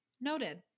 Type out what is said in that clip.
Noted